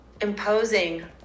imposing